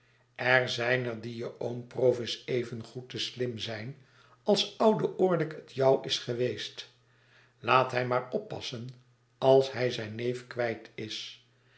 er zijn er die je oom provis evengoed te slim zijn als oude orlick het jou is geweest laat hij maar oppassen als hij zijn neef kwijt is